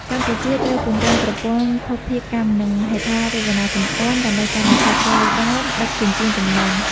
កម្ពុជាត្រូវពង្រឹងប្រព័ន្ធភស្តុភារកម្ម និងហេដ្ឋារចនាសម្ព័ន្ធ ដើម្បីកាត់បន្ថយថ្លៃដើមដឹកជញ្ជូនទំនិញ។